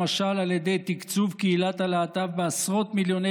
למשל על ידי תקצוב קהילת הלהט"ב בעשרות מיליוני